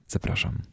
Zapraszam